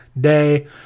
day